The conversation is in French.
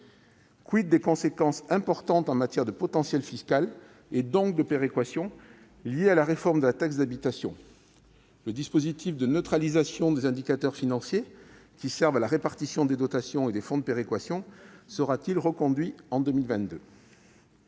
2020 ? des conséquences importantes en matière de potentiel fiscal, donc de péréquation, liées à la réforme de la taxe d'habitation ? Le dispositif de neutralisation des indicateurs financiers qui servent à la répartition des dotations et des fonds de péréquation sera-t-il reconduit en 2022 ?